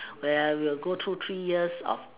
where we'll go through three years of